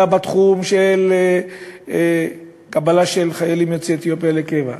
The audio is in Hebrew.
בתחום של קבלה של חיילים יוצאי אתיופיה לקבע,